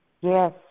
Yes